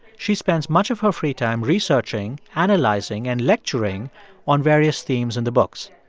she spends much of her free time researching, analyzing and lecturing on various themes in the books.